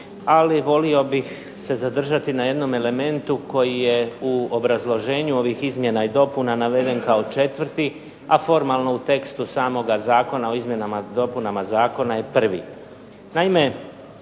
ali volio bih se zadržati na jednom elementu koji je u obrazloženju ovih izmjena i dopuna naveden kao četvrti, a formalno u tekstu samoga zakona, u izmjenama i dopunama zakona je prvi.